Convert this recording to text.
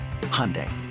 Hyundai